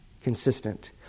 consistent